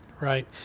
Right